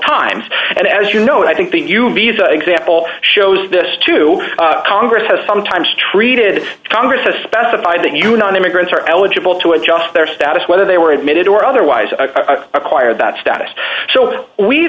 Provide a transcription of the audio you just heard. times and as you know i think the new visa example shows this to congress has sometimes treated congress as specified that you non immigrants are eligible to adjust their status whether they were admitted or otherwise acquired that status so we